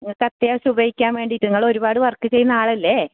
നിങ്ങൾക്കത്യാവശ്യം ഉപയോഗിക്കാൻ വേണ്ടീട്ട് നിങ്ങളൊരുപാട് വർക്ക് ചെയ്യുന്ന ആളല്ലേ